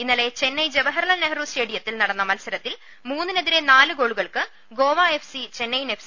ഇന്നലെ ചെന്നൈ ജവഹർലാൽ നെഹ്റു സ്റ്റേഡിയത്തിൽ നടന്ന മത്സരത്തിൽ മൂന്നിനെതിരെ നാല് ഗോളുകൾക്ക് Goa F C Chennaiyin F